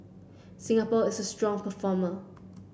Singapore is a strong performer